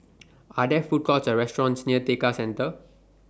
Are There Food Courts Or restaurants near Tekka Centre